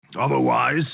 Otherwise